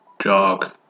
Jog